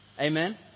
Amen